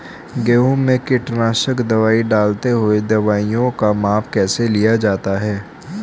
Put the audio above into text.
गेहूँ में कीटनाशक दवाई डालते हुऐ दवाईयों का माप कैसे लिया जाता है?